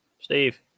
Steve